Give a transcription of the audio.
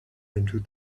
into